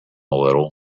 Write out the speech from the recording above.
little